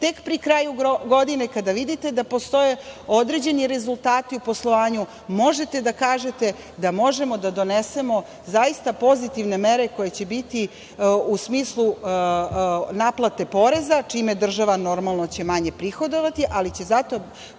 tek pri kraju godine kada vidite da postoje određeni rezultati u poslovanju, možete da kažete da možemo da donesemo zaista pozitivne mere koje će biti u smislu naplate poreza, čime će država normalno manje prihodovati, ali će zato